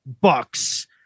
Bucks